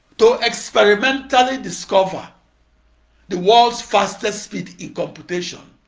to experimentally discover the world's fastest speed in computation.